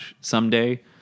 someday